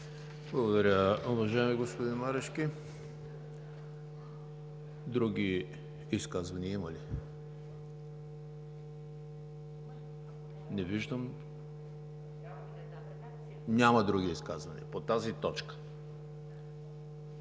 Благодаря, уважаеми господин Марешки. Други изказвания има ли? Не виждам. Няма други изказвания по тази точка.